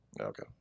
Okay